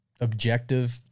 Objective